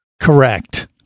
Correct